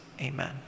amen